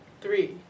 three